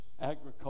agriculture